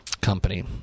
company